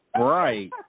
right